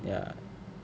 ya